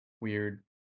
weird